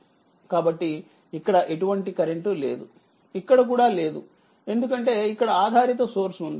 కాబట్టి ఇక్కడ ఎటువంటి కరెంట్ లేదు ఇక్కడ కూడా లేదు ఎందుకంటే ఇక్కడ ఆధారిత సోర్స్ వుంది